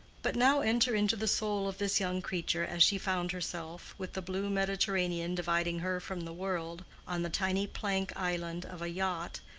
but now enter into the soul of this young creature as she found herself, with the blue mediterranean dividing her from the world, on the tiny plank-island of a yacht,